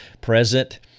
present